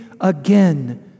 again